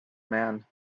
man